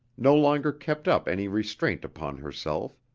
no longer kept up any restraint upon herself.